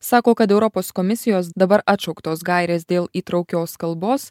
sako kad europos komisijos dabar atšauktos gairės dėl įtraukios kalbos